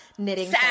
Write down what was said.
knitting